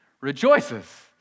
rejoices